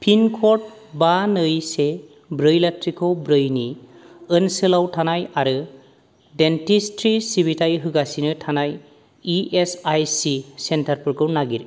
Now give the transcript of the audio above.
पिनकड बा नै से ब्रै लाथिख' ब्रैनि ओनसोलाव थानाय आरो डेन्टिस्ट्रि सिबिथाइ होगासिनो थानाय इएसआईसि सेन्टारफोरखौ नागिर